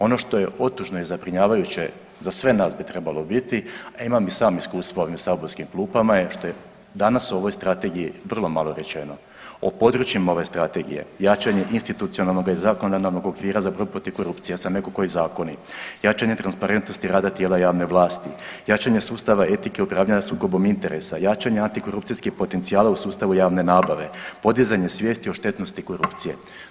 Ono što je otužno i zabrinjavajuće za sve nas bi trebalo biti, a imam i sam iskustva u ovim saborskim klupama je što je danas o ovoj strategiji vrlo malo rečeno o područjima ove strategije, jačanje institucionalnoga i zakonodavnog okvira za … [[Govornik se ne razumije]] korupcije … [[Govornik se ne razumije]] , jačanje transparentnosti rada tijela javne vlasti, jačanje sustava etike upravljanja sukobom interesa, jačanje antikorupcijskih potencijala u sustavu javne nabave, podizanje svijesti o štetnosti korupcije.